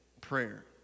prayer